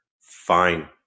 Fine